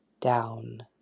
down